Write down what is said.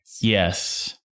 Yes